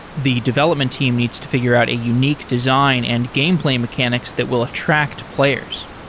the development team needs to figure out a unique design and game play mechanics that will attract players.